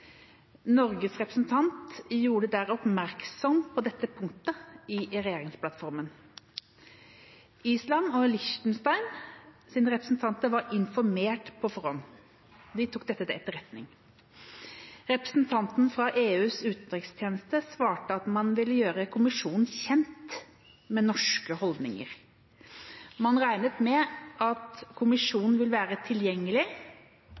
Norges representant gjorde der oppmerksom på dette punktet i regjeringsplattformen. Islands og Liechtensteins representanter var informert på forhånd. De tok dette til etterretning. Representanten fra EUs utenrikstjeneste svarte at man ville gjøre Kommisjonen kjent med norske holdninger. Man regnet med at Kommisjonen vil være tilgjengelig